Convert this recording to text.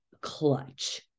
clutch